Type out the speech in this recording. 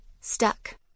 stuck